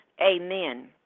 Amen